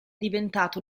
diventato